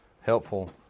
helpful